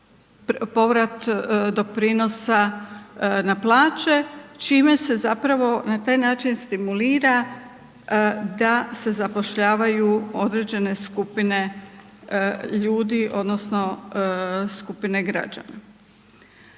povrat doprinosa na plaće, čime se zapravo na taj način stimulira da se zapošljavaju određene skupine ljudi odnosno skupine građana.